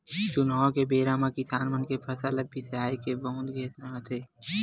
चुनाव के बेरा म किसान मन के फसल ल बिसाए के बहुते घोसना होथे